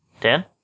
Dan